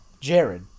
Jared